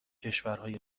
کشورهای